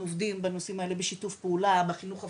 אנחנו עובדים בנושאים האלה בשיתוף פעולה עם החינוך הפורמלי,